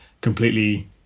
completely